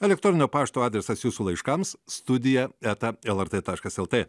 elektroninio pašto adresas jūsų laiškams studija eta lrt taškas lt